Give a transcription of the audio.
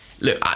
look